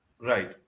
Right